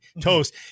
toast